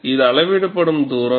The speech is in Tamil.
இது அளவிடப்படும் தூரம்